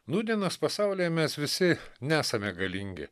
nūdienos pasaulyje mes visi nesame galingi